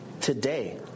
today